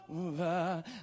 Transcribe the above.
over